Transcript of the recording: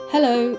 Hello